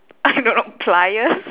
I don't know pliers